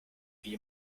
wie